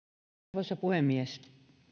arvoisa puhemies